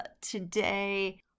today